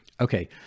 Okay